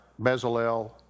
Bezalel